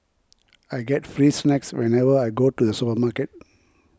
I get free snacks whenever I go to the supermarket